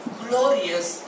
glorious